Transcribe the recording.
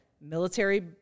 Military